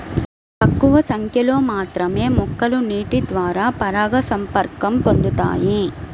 తక్కువ సంఖ్యలో మాత్రమే మొక్కలు నీటిద్వారా పరాగసంపర్కం చెందుతాయి